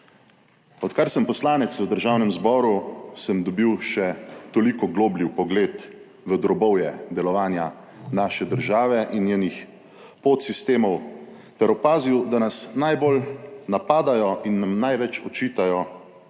Odkar sem poslanec v Državnem zboru sem dobil še toliko globlji vpogled v drobovje delovanja naše države in njenih podsistemov ter opazil, da nas najbolj napadajo in nam največ očitajo